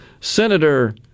Senator